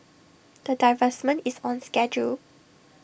the divestment is on schedule